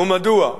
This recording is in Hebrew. ומדוע?